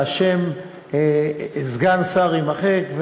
והשם "סגן שר" יימחק,